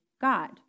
God